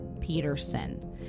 Peterson